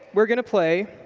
we're going to play